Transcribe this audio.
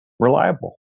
reliable